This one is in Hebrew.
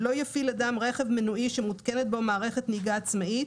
"(ב)לא יפעיל אדם רכב מנועי שמותקנת בו מערכת נהיגה עצמאית,